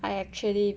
I actually